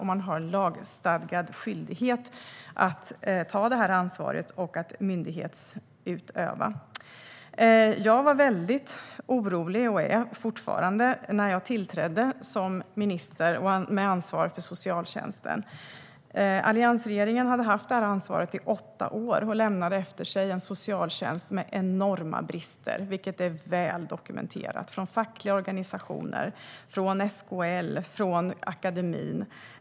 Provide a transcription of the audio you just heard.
Man har en lagstadgad skyldighet att ta det ansvaret och utföra myndighetsutövning. Jag var - och är fortfarande - väldigt orolig när jag tillträdde som minister med ansvar för socialtjänsten. Alliansregeringen hade haft det ansvaret i åtta år och lämnade efter sig en socialtjänst med enorma brister, vilket är väl dokumenterat av fackliga organisationer, SKL och av akademin.